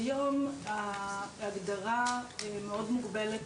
כיום ההגדרה מאוד מוגבלת,